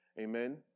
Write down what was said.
amen